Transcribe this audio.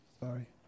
Sorry